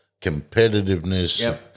competitiveness